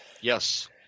Yes